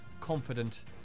confident